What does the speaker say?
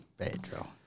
Pedro